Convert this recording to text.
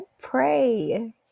pray